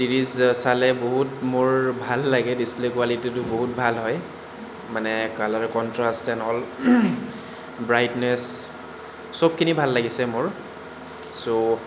series চালে বহুত মোৰ ভাল লাগে ডিছপ্লে' কোৱালিটীটো বহুত ভাল হয় মানে colour contrast and all brightness চবখিনি ভাল লাগিছে মোৰ ছ'